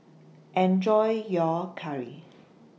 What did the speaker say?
Enjoy your Curry